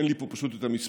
אין לי פה פשוט את המספר,